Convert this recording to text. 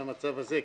במצב הזה,